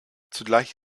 zugleich